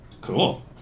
Cool